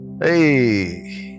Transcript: Hey